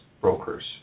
brokers